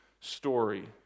story